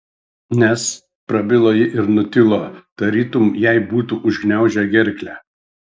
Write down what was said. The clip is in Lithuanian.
nes prabilo ji ir nutilo tarytum jai būtų užgniaužę gerklę